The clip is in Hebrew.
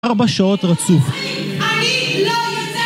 ארבע שעות רצוף